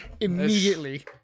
immediately